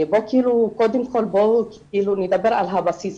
קודם כל בואו נדבר על הבסיס.